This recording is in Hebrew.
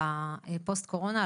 על פוסט-קורונה,